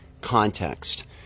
context